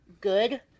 good